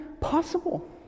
possible